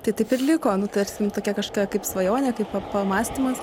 tai taip ir liko nu tarsim tokia kažkokia kaip svajonė kaip pa pamąstymas